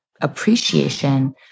appreciation